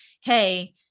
Hey